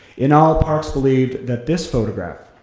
in all, parks believed that this photograph